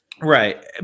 right